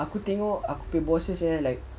aku tengok aku punya bosses eh like